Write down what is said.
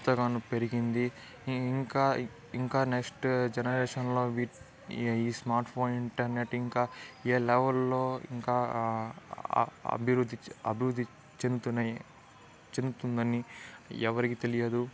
పెరిగింది ఇంకా ఇంకా నెక్స్ట్ జనరేషన్లో వీటి ఈ స్మార్ట్ ఫోన్ ఇంటర్నెట్ ఇంకా ఏ లెవెల్లో ఇంకా అభివృ అభివృద్ధి చెందుతున్నాయి చెందుతుంది అని ఎవరికి తెలియదు